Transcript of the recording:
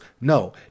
no